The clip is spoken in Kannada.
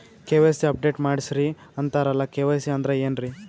ಕೆ.ವೈ.ಸಿ ಅಪಡೇಟ ಮಾಡಸ್ರೀ ಅಂತರಲ್ಲ ಕೆ.ವೈ.ಸಿ ಅಂದ್ರ ಏನ್ರೀ?